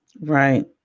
Right